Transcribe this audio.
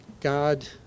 God